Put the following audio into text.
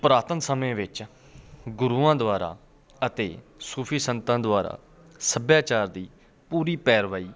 ਪੁਰਾਤਨ ਸਮੇਂ ਵਿੱਚ ਗੁਰੂਆਂ ਦੁਆਰਾ ਅਤੇ ਸੂਫ਼ੀ ਸੰਤਾਂ ਦੁਆਰਾ ਸੱਭਿਆਚਾਰ ਦੀ ਪੂਰੀ ਪੈਰਵਾਈ